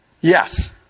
Yes